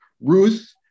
Ruth